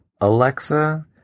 Alexa